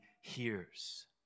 hears